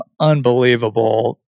unbelievable